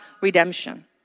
redemption